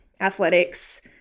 athletics